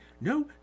No